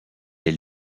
est